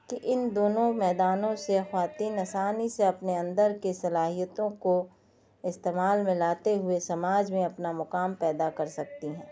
تو ان دونوں میدانوں سے خواتین آسانی سے اپنے اندر کی صلاحیتوں کو استعمال میں لاتے ہوئے سماج میں اپنا مقام پیدا کر سکتی ہیں